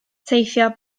teithio